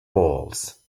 balls